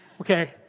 okay